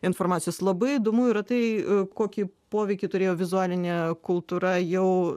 informacijos labai įdomu yra tai kokį poveikį turėjo vizualinė kultūra jau